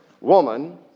Woman